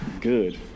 Good